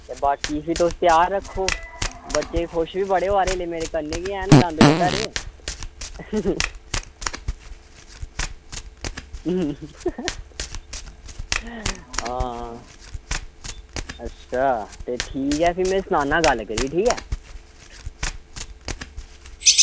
ते बाकी इसी तुस त्यार रक्खो बच्चे खुश बी बड़े होआ दे मेरे कन्नै गै हैन दंद कड्ढा करदे आं ते ठीक ऐ सनाना में गल्ल करियै ठीक ऐ